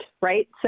right